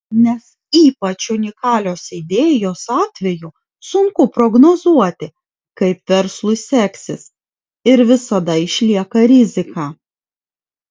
nes ypač unikalios idėjos atveju sunku prognozuoti kaip verslui seksis ir visada išlieka rizika